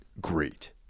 great